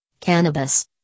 Cannabis